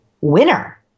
winner